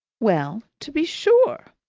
well, to be sure!